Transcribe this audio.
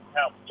Help